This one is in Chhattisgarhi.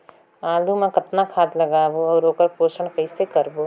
आलू मा कतना खाद लगाबो अउ ओकर पोषण कइसे करबो?